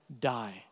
die